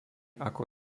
ako